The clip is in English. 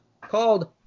Called